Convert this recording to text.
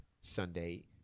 Sunday